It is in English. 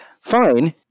fine